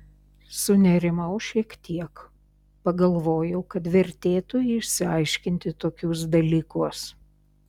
sunerimau šiek tiek pagalvojau kad vertėtų išsiaiškinti tokius dalykus